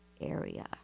area